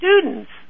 students